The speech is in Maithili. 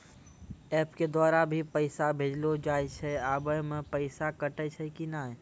एप के द्वारा भी पैसा भेजलो जाय छै आबै मे पैसा कटैय छै कि नैय?